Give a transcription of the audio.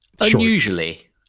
Unusually